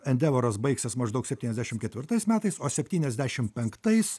endevoras baigsis maždaug septyniasdešimt ketvirtais metais o septyniasdešimt penktais